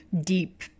deep